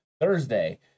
Thursday